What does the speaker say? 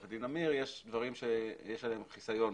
עורכת דין אמיר יש דברים שיש עליהם חיסיון,